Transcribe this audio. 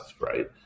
Right